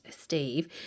Steve